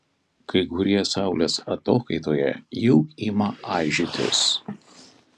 kai kurie saulės atokaitoje jau ima aižytis